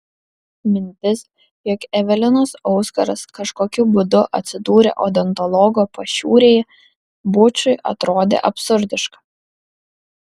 mintis jog evelinos auskaras kažkokiu būdu atsidūrė odontologo pašiūrėje bučui atrodė absurdiška